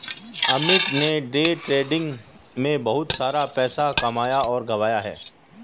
अमित ने day trading में बहुत सारा पैसा कमाया और गंवाया है